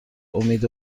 امید